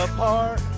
Apart